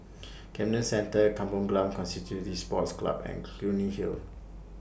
Camden Centre Kampong Glam Constituency Sports Club and Clunny Hill